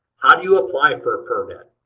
how do you apply for a permit?